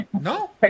No